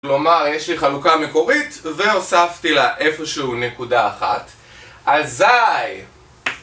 כלומר יש לי חלוקה מקורית והוספתי לה איפשהו נקודה אחת אזי!